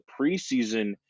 preseason